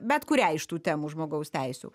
bet kurią iš tų temų žmogaus teisių